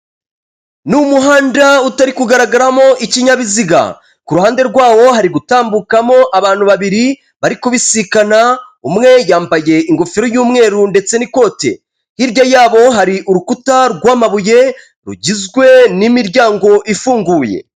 Ni umuhanda utari kugaragaramo ikinyabiziga, ku ruhande rwawo hari gutambukamo abantu babiri bari kubisikana, umwe yambaye ingofero y'umweru ndetse n'ikote, hirya yabo hari urukuta rw'amabuye rugizwe n'imiryango ifunguye.